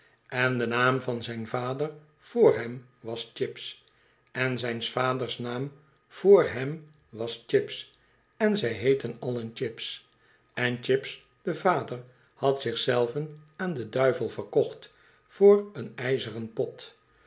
en de naam van zijn vader vr hem was chips en zyns vaders naam vr hem was chips en zij heeten allen chips en chips de vader had zich zelven aan den duivel verkocht voor een ijzeren pot